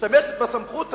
משתמשת בסמכות השלטונית,